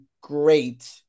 great